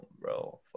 bro